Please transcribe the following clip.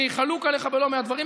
אני חלוק עליך בלא מעט מהדברים,